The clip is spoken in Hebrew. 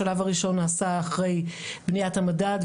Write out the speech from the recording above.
השלב הראשון נעשה אחרי בניית המדד,